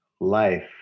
life